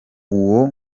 uwo